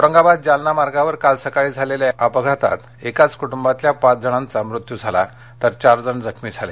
औरंगाबाद जालना मार्गावर काल सकाळी झालेल्या एका अपघातात एकाच कु िवितल्या पाच जणांचा मृत्यू झाला तर चार जण जखमी झाले